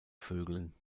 vögeln